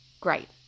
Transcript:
Great